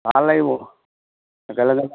ভাল লাগিব একেলগে